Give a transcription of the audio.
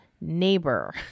neighbor